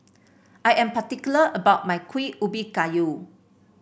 I am particular about my Kuih Ubi Kayu